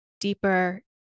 deeper